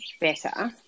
better